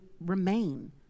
remain